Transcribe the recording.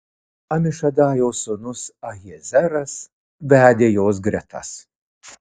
amišadajo sūnus ahiezeras vedė jos gretas